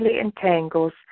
entangles